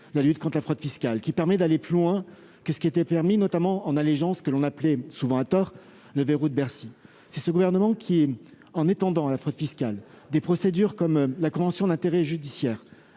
la lutte contre la fraude fiscale et permettant d'aller plus loin qu'auparavant, notamment en allégeant ce que l'on appelait, souvent à tort, le « verrou de Bercy ». C'est ce gouvernement qui, en étendant à la fraude fiscale des procédures comme la convention d'intérêt judiciaire